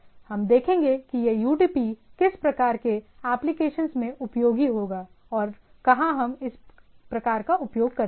हम देखेंगे कि यह यूडीपी किस प्रकार के एप्लीकेशंस में उपयोगी होगा और कहां हम इस प्रकार का उपयोग करते हैं